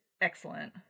Excellent